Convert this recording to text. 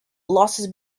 losses